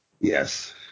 Yes